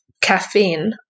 caffeine